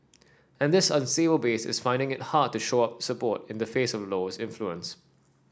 and this base is finding it hard to shore up support in the face of Low's influence